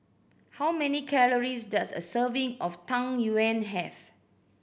how many calories does a serving of Tang Yuen have